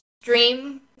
stream